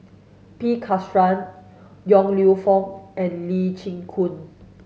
P Krishnan Yong Lew Foong and Lee Chin Koon